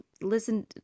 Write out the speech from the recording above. listen